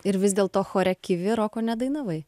ir vis dėlto chore kivi roko nedainavai